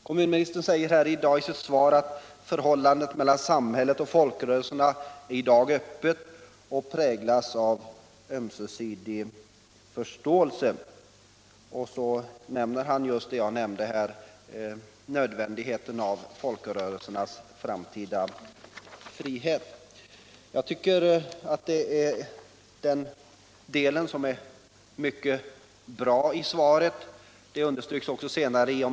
Kommunministern säger i sitt svar att förhållandet mellan samhället och folkrörelserna i dag är öppet och präglas av ömsesidig förståelse, och så nämner han just vad jag framhöll här, nämligen nödvändigheten av folkrörelsernas framtida frihet. Jag tycker att den delen av svaret är mycket bra.